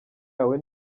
yawe